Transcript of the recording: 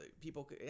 people